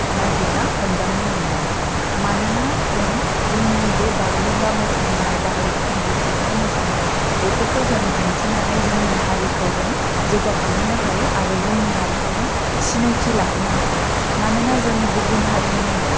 नागिरना हमदांनो मोनदों मानोना जों जोंनि बे बागुरुमबा मोसानाय दाहाल थुंग्रि सिबनाय मोसानाय बेफोरखौ जों दिनथिनानै जोंनि हारिखौ जों जौगाखां होनो हायो आरो जोंनि हारिखौ जों सिनायथि लाहोनो हायो मानोना जों गुबुन हारिनि